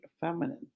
feminine